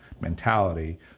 mentality